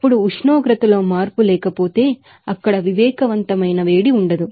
ఇప్పుడు ఉష్ణోగ్రత లో మార్పు లేకపోతే అక్కడ సెన్సిబ్లె హీట్ ఉండదు